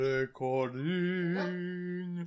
Recording